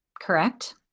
correct